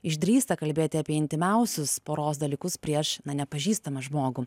išdrįsta kalbėti apie intymiausius poros dalykus prieš na nepažįstamą žmogų